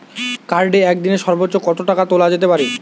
কার্ডে একদিনে সর্বোচ্চ কত টাকা তোলা যেতে পারে?